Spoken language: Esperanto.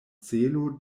celo